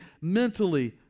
mentally